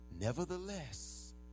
Nevertheless